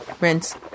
Rinse